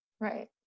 Right